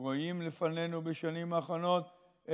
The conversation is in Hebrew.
רואים לפנינו בשנים האחרונות,